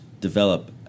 develop